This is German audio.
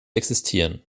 existieren